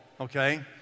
okay